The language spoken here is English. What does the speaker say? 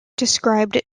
described